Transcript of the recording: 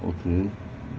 okay